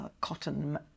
Cotton